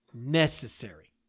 necessary